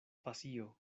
pasio